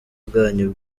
bwanyu